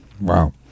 Wow